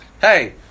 Hey